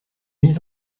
mis